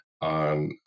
on